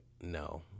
no